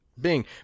Bing